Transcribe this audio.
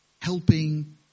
helping